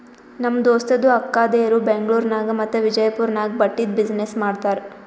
ನಮ್ ದೋಸ್ತದು ಅಕ್ಕಾದೇರು ಬೆಂಗ್ಳೂರ್ ನಾಗ್ ಮತ್ತ ವಿಜಯಪುರ್ ನಾಗ್ ಬಟ್ಟಿದ್ ಬಿಸಿನ್ನೆಸ್ ಮಾಡ್ತಾರ್